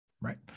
right